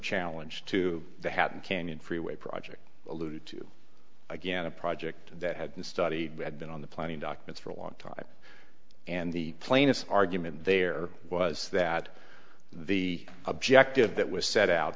challenge to the hatton canyon freeway project alluded to again a project that had been studied had been on the planning documents for a long time and the plaintiff's argument there was that the objective that was set out